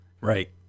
Right